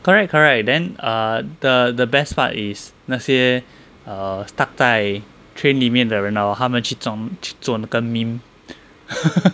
correct correct then uh the the best part is 那些 err stuck 在 train 里面的人 hor 他们去做做那个 meme